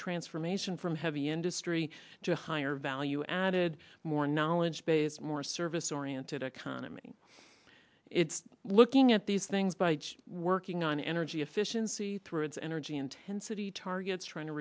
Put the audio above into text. transformation from heavy industry to higher value added more knowledge base more service oriented economy it's looking at these things by working on energy efficiency through its energy intensity targets trying to